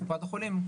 כשקופת החולים,